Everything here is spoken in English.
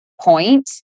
point